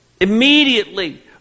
Immediately